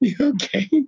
Okay